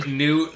new